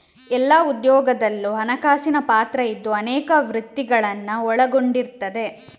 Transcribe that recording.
ಎಲ್ಲಾ ಉದ್ಯೋಗದಲ್ಲೂ ಹಣಕಾಸಿನ ಪಾತ್ರ ಇದ್ದು ಅನೇಕ ವೃತ್ತಿಗಳನ್ನ ಒಳಗೊಂಡಿರ್ತದೆ